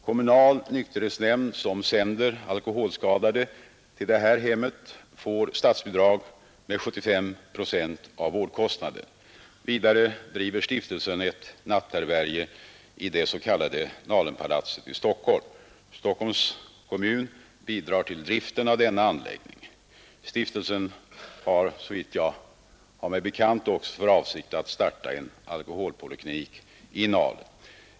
Kommunal nykterhetsnämnd som sänder alkoholskadade till detta hem får statsbidrag med 75 procent av vårdkostnaden. Vidare driver stiftelsen ett natthärbärge i det s.k. Nalenpalatset i Stockholm. Stockholms kommun bidrar till driften av denna anläggning. Stiftelsen har såvitt jag har mig bekant också för avsikt att starta en alkoholpoliklinik i Nalenpalatset.